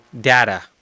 data